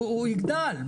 הוא יגדל,